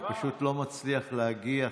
אני פשוט לא מצליח להגיע,